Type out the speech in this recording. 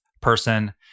person